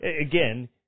Again